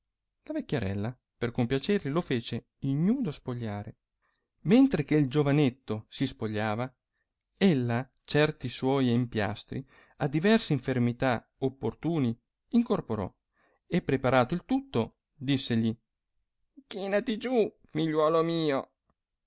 la vecchiarella per compiacergli lo fece ignudo spogliare mentre che il giovanetto si spogliava ella certi suoi empiastri a diverse infermità opportuni incorporò e preparato il tutto dissegli chinati giù figliuolo mio